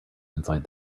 inside